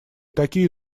такие